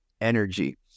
energy